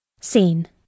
Scene